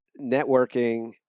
Networking